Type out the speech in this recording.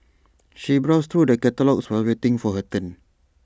she browsed through the catalogues while waiting for her turn